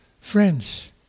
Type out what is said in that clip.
Friends